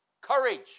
Courage